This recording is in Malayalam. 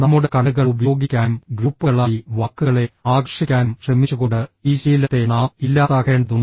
നമ്മുടെ കണ്ണുകൾ ഉപയോഗിക്കാനും ഗ്രൂപ്പുകളായി വാക്കുകളെ ആകർഷിക്കാനും ശ്രമിച്ചുകൊണ്ട് ഈ ശീലത്തെ നാം ഇല്ലാതാക്കേണ്ടതുണ്ട്